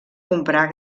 comprar